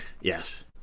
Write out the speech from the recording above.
Yes